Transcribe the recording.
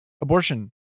abortion